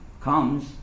comes